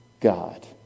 God